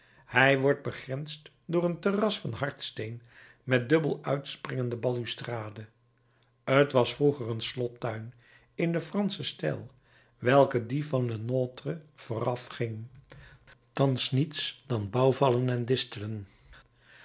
hij wordt begrensd door een terras van hardsteen met dubbel uitspringende balustrade t was vroeger een slottuin in den franschen stijl welke dien van le nôtre voorafging thans niets dan bouwvallen en distelen